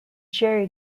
gerry